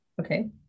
Okay